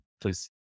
please